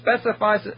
specifies